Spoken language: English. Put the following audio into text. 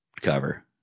cover